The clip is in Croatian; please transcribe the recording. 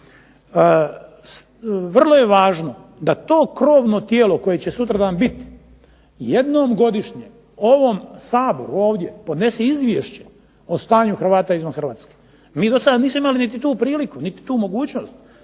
Vrlo je važno da to krovno tijelo koje će sutradan biti, jednom godišnje Saboru ovdje podnese Izvješće o stanju Hrvata izvan Hrvatske. MI do sada nismo imali tu priliku, niti tu mogućnost,